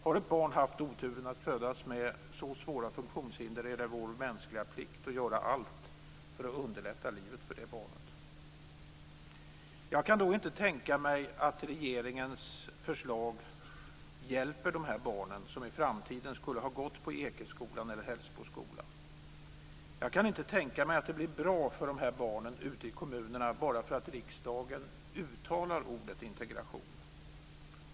Har ett barn haft oturen att födas med så svåra funktionshinder, är det vår mänskliga plikt att göra allt för att underlätta livet för detta barn. Jag kan inte tänka mig att regeringens förslag hjälper de barn som i framtiden skulle ha gått på Ekeskolan eller Hällsboskolan. Jag kan inte tänka mig att det blir bra för de här barnen ute i kommunerna bara för att riksdagen uttalar ordet integration.